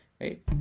right